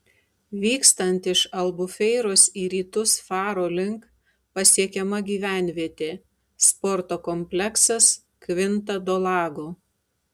vykstant iš albufeiros į rytus faro link pasiekiama gyvenvietė sporto kompleksas kvinta do lago